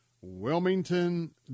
Wilmington